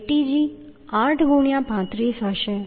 Atg 8 ગુણ્યાં 35 હશે